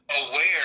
aware